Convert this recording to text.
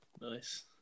Nice